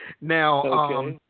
Now